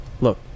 Look